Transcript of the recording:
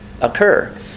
occur